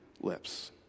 lips